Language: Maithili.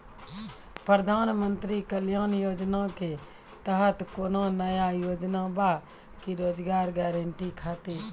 प्रधानमंत्री कल्याण योजना के तहत कोनो नया योजना बा का रोजगार गारंटी खातिर?